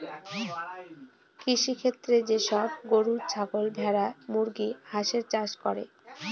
কৃষিক্ষেত্রে যে সব গরু, ছাগল, ভেড়া, মুরগি, হাঁসের চাষ করে